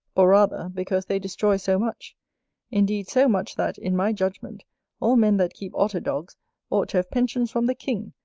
or rather, because they destroy so much indeed so much, that, in my judgment all men that keep otter-dogs ought to have pensions from the king,